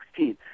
2016